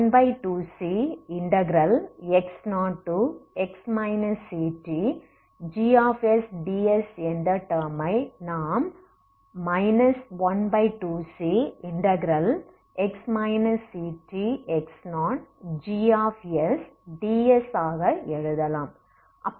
12cx0x ctgsds என்ற term ஐ நாம் 12cx ctx0gsds ஆக எழுதலாம்